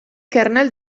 kernel